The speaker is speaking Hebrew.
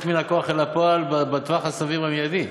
מן הכוח אל הפועל בטווח הסביר והמיידי.